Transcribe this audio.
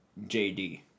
JD